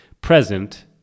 present